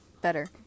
better